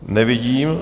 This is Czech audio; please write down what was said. Nevidím.